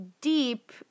deep